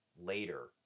later